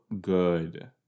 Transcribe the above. good